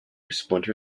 splinter